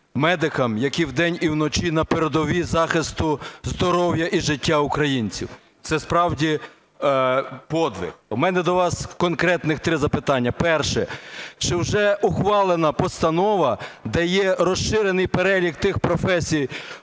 медикам, які вдень і вночі на передовій захисту здоров'я і життя українців. Це справді подвиг. У мене до вас конкретних три запитання. Перше – чи вже ухвалена постанова, де є розширений перелік тих професій,